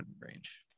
range